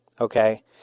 okay